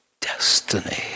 destiny